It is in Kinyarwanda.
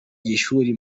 ishuri